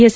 S